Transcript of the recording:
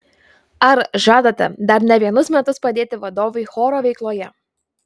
ar žadate dar ne vienus metus padėti vadovei choro veikloje